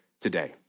today